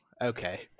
okay